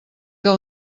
que